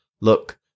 Look